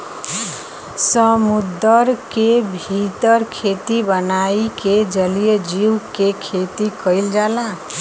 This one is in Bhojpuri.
समुंदर के भीतर खेती बनाई के जलीय जीव के खेती कईल जाला